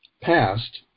past